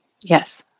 Yes